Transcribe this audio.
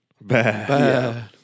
Bad